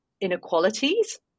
inequalities